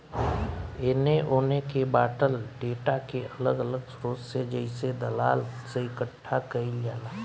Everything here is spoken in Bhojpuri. एने ओने के बॉटल डेटा के अलग अलग स्रोत से जइसे दलाल से इकठ्ठा कईल जाला